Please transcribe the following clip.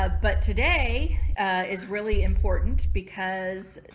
ah but today, ah is really important because